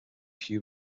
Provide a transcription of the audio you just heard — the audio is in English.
hugh